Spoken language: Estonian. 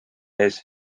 ees